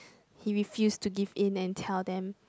he refused to give in and tell them